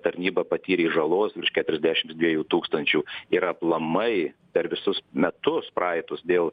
tarnyba patyrė žalos virš keturiasdešims dviejų tūkstančių ir aplamai per visus metus praeitus dėl